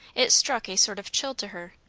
it struck a sort of chill to her,